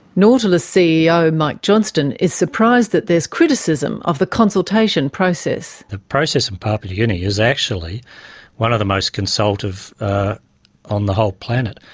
nautilus ceo mike johnston is surprised that there's criticism of the consultation process. the process in papua new guinea is actually one of the most consultative on the whole planet.